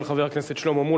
של חבר הכנסת שלמה מולה,